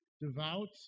devout